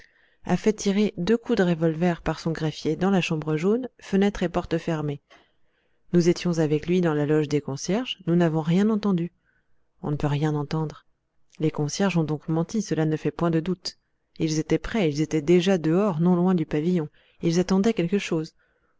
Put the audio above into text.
a fait tirer deux coups de revolver par son greffier dans la chambre jaune fenêtre et porte fermées nous étions avec lui dans la loge des concierges nous n'avons rien entendu on ne peut rien entendre les concierges ont donc menti cela ne fait point de doute ils étaient prêts ils étaient déjà dehors non loin du pavillon ils attendaient quelque chose